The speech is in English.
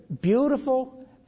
beautiful